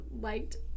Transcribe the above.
liked